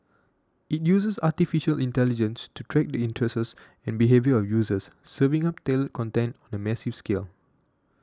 it uses Artificial Intelligence to track the interests and behaviour of users serving up tailored content on a massive scale